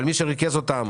אבל מי שריכז אותם